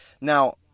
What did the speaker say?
Now